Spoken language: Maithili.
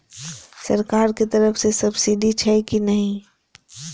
सरकार के तरफ से सब्सीडी छै कि नहिं?